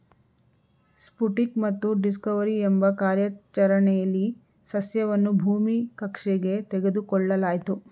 Sputnik ಮತ್ತು Discover ಎಂಬ ಕಾರ್ಯಾಚರಣೆಲಿ ಸಸ್ಯವನ್ನು ಭೂಮಿ ಕಕ್ಷೆಗೆ ತೆಗೆದುಕೊಳ್ಳಲಾಯ್ತು